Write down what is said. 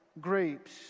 grapes